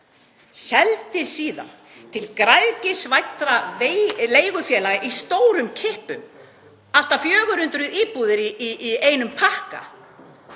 seldi síðan til græðgisvæddra leigufélaga í stórum kippum, allt að 400 íbúðir í einum pakka.